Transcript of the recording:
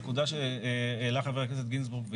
נקודה שהעלה חבר הכנסת גינזבורג,